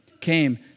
came